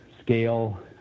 scale